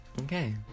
Okay